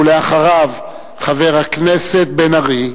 ואחריו, חבר הכנסת בן-ארי.